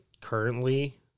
currently